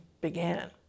began